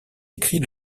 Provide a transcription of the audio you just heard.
écrit